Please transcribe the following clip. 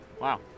wow